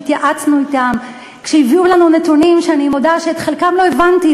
שהתייעצנו אתם כשהביאו לנו נתונים שאני מודה שאת חלקם לא הבנתי,